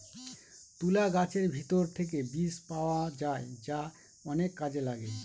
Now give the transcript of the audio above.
তুলা গাছের ভেতর থেকে বীজ পাওয়া যায় যা অনেক কাজে লাগে